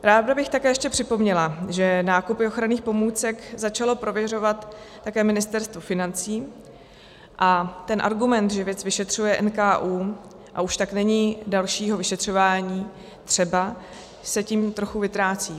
Ráda bych také ještě připomněla, že nákupy ochranných pomůcek začalo prověřovat také Ministerstvo financí a ten argument, že věc vyšetřuje NKÚ, a už tak není dalšího vyšetřování třeba, se tím trochu vytrácí.